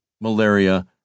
malaria